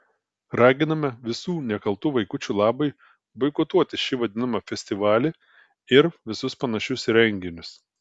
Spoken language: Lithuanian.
raginame visų nekaltų vaikučių labui boikotuoti šį vadinamą festivalį ir visus panašius renginius